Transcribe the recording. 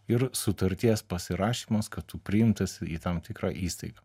ir sutarties pasirašymas kad tu priimtas į tam tikrą įstaigą